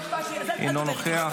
אינו נוכח.